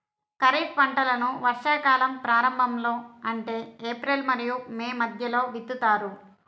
ఖరీఫ్ పంటలను వర్షాకాలం ప్రారంభంలో అంటే ఏప్రిల్ మరియు మే మధ్యలో విత్తుతారు